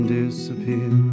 disappear